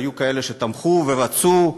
היו כאלה שתמכו ורצו,